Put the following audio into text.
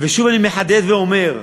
ושוב אני מחדד ואומר,